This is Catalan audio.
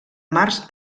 març